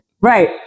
right